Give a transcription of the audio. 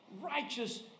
righteous